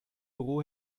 büro